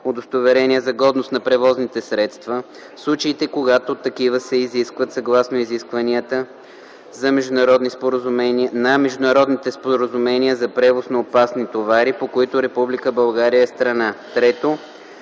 удостоверение за годност на превозните средства в случаите, когато такива се изискват съгласно изискванията на международните споразумения за превоз на опасни товари, по които Република България е страна;